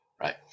right